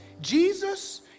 Jesus